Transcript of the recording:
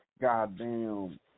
goddamn